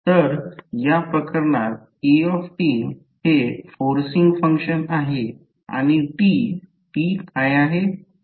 तर या प्रकरणात e फोर्सिन्ग फंक्शन आहे आणि t काय आहे